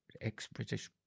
ex-British